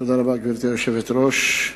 גברתי היושבת-ראש,